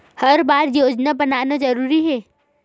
हर बार योजना बनाना जरूरी है?